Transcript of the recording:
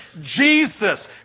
Jesus